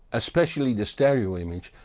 especially the stereo image,